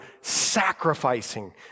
sacrificing